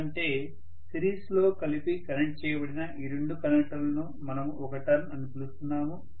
ఎందుకంటే సిరీస్లో కలిపి కనెక్ట్ చేయబడిన ఈ రెండు కండక్టర్లను మనము ఒక టర్న్ అని పిలుస్తాము